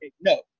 No